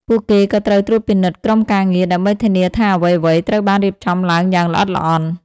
ពួកគេក៏ត្រូវត្រួតពិនិត្យក្រុមការងារ ដើម្បីធានាថាអ្វីៗត្រូវបានរៀបចំឡើងយ៉ាងល្អិតល្អន់។